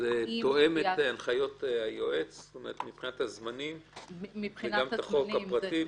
האם זה תואם את הנחיות היועץ מבחינת הזמנים וגם את הצעת החוק הפרטית?